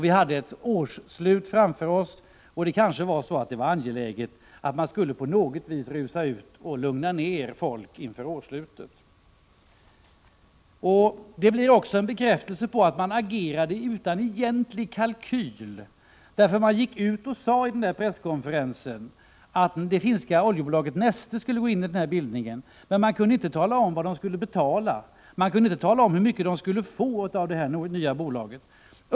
Man hade ett årsslut framför sig, och det kanske var angeläget att rusa ut och lugna ner folk inför årsslutet. Svaret blir också en bekräftelse på att man agerade utan en egentlig kalkyl. I den där presskonferensen gick man ut och sade att det finska oljebolaget Neste skulle gå in i bildningen, men man kunde inte tala om vad Neste skulle betala eller hur mycket det skulle få av det nya bolaget.